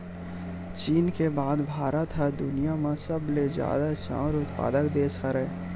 चीन के बाद भारत ह दुनिया म सबले जादा चाँउर उत्पादक देस हरय